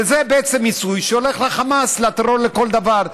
וזה מיסוי שהולך לחמאס, לטרור לכל דבר.